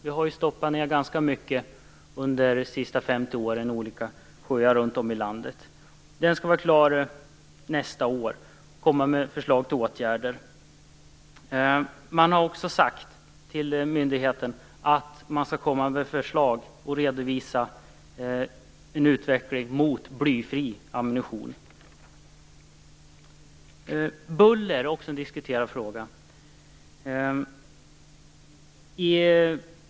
Vi har ju under de senaste 50 åren dumpat ganska mycket i olika sjöar runt om i landet. Undersökniningen, som skall vara klar nästa år, skall komma med förslag till åtgärder. Man har också uppmanat myndigheten att redovisa förslag för en utveckling mot blyfri ammunition. Buller är också en diskuterad fråga.